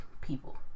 people